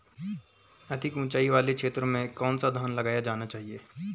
अधिक उँचाई वाले क्षेत्रों में कौन सा धान लगाया जाना चाहिए?